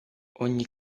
ogni